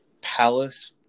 palace